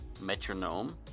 metronome